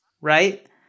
right